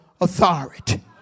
authority